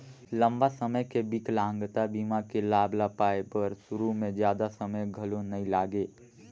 लंबा समे के बिकलांगता बीमा के लाभ ल पाए बर सुरू में जादा समें घलो नइ लागे